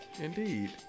Indeed